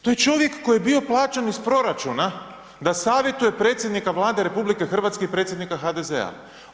To je čovjek koji je bio plaćen iz proračuna da savjetuje predsjednika Vlade RH i predsjednika HDZ-a.